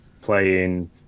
playing